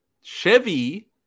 Chevy